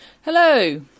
hello